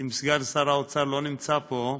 אם סגן שר האוצר לא נמצא פה,